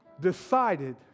decided